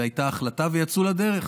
והייתה החלטה ויצאו לדרך.